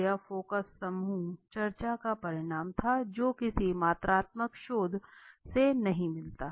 तो यह फोकस समूह चर्चा का परिणाम था जो किसी मात्रात्मक शोध से नहीं मिलता